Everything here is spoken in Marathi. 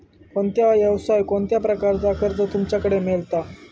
कोणत्या यवसाय कोणत्या प्रकारचा कर्ज तुमच्याकडे मेलता?